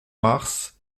mars